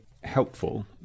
helpful